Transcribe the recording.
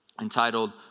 entitled